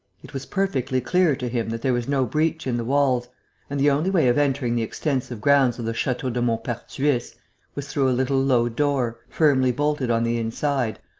it was perfectly clear to him that there was no breach in the walls and the only way of entering the extensive grounds of the chateau de maupertuis was through a little low door, firmly bolted on the inside,